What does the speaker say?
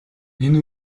энэ